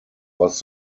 was